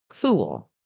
Cool